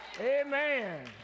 Amen